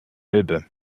elbe